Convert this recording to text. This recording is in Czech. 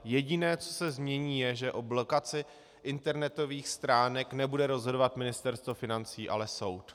Jediné, co se změní, je, že o blokaci internetových stránek nebude rozhodovat Ministerstvo financí, ale soud.